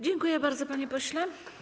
Dziękuję bardzo, panie pośle.